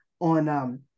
on